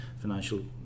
financial